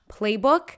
playbook